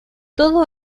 todo